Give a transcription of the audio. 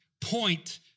point